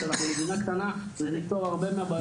אנחנו מדינה קטנה ולפתור את כל הבעיות.